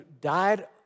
died